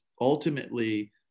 ultimately